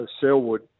Selwood